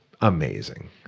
amazing